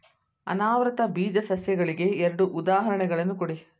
ಅನಾವೃತ ಬೀಜ ಸಸ್ಯಗಳಿಗೆ ಎರಡು ಉದಾಹರಣೆಗಳನ್ನು ಕೊಡಿ